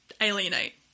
alienate